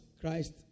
Christ